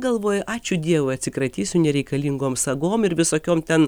galvoju ačiū dievui atsikratysiu nereikalingom sagom ir visokiom ten